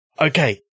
okay